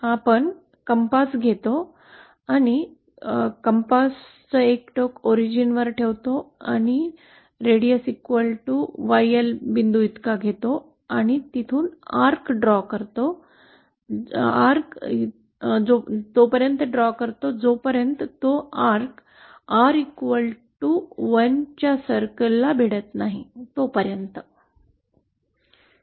आता एक मार्ग आपण करू शकतो तो आपल्याला पुन्हा माहित आहे की आपण केंद्र म्हणून 𝜞 प्लेनच्या उत्पत्तीसह कंपास घेत आहात आणि आपण R 1 च्या बरोबरीचा वर्तुळ पार करत नाही तोपर्यंत कंस काढा